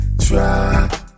try